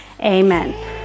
Amen